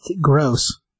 gross